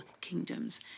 kingdoms